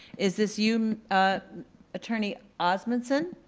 is this you attorney osmunson?